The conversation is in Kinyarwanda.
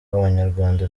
abanyarwanda